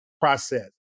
process